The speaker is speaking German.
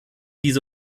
diese